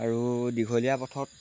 আৰু দীঘলীয়া পথত